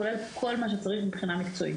כולל כל מה שצריך מבחינה מקצועית.